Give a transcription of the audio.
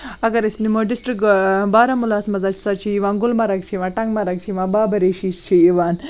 اگر أسۍ نِمو ڈِسٹِرٛک بارہمولہَس منٛز ہسا چھِ یِوان گُلمرگ چھِ یِوان ٹَنٛگمرگ چھِ یِوان باباریٖشی چھِ یِوان